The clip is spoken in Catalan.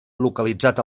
localitzat